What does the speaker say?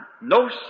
No